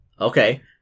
Okay